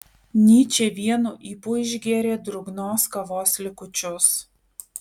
nyčė vienu ypu išgėrė drungnos kavos likučius